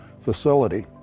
facility